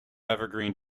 evergreen